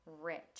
rich